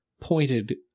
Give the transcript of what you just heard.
pointed